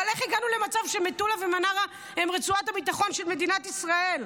אבל איך הגענו למצב שמטולה ומנרה הן רצועת הביטחון של מדינת ישראל?